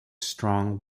strong